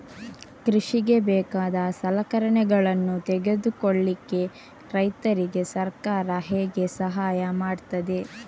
ಕೃಷಿಗೆ ಬೇಕಾದ ಸಲಕರಣೆಗಳನ್ನು ತೆಗೆದುಕೊಳ್ಳಿಕೆ ರೈತರಿಗೆ ಸರ್ಕಾರ ಹೇಗೆ ಸಹಾಯ ಮಾಡ್ತದೆ?